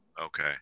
Okay